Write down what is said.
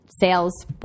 sales